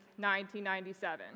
1997